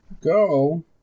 Go